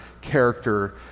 character